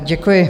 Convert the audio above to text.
Děkuji.